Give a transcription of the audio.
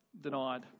denied